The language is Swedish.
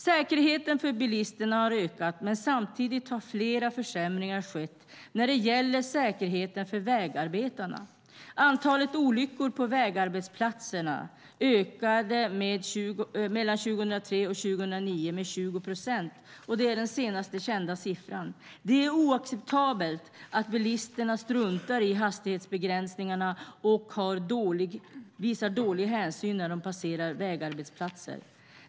Säkerheten för bilisterna har ökat, men samtidigt har flera försämringar skett när det gäller säkerheten för vägarbetarna. Antalet olyckor på vägarbetsplatser ökade 2003-2009 med 20 procent. Det är den senast kända siffran. Det är oacceptabelt att bilisterna struntar i hastighetsbegränsningarna och visar dålig hänsyn när de passerar vägarbetsplatser.